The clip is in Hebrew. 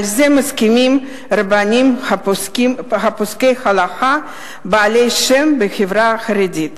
ועל זה מסכימים רבנים פוסקי הלכה בעלי שם בחברה החרדית.